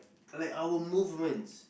like our movements